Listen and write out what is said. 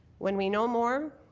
when we know more,